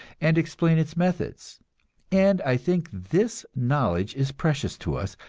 and explain its methods and i think this knowledge is precious to us,